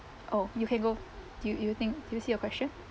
oh you can go you you think do you see your question